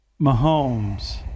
Mahomes